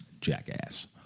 Jackass